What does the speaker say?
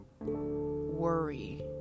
worry